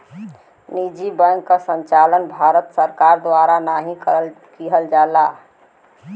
निजी बैंक क संचालन भारत सरकार द्वारा नाहीं किहल जाला